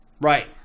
Right